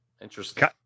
Interesting